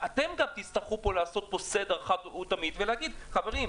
אתם תצטרכו לעשות פה סדר אחת ולתמיד ולהגיד: חברים,